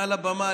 מעל הבמה,